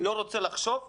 לא רוצה לחשוב דיפרנציאלי.